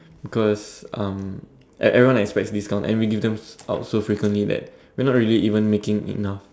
because um everyone expects discounts and we give them out so frequently that we're not really even making enough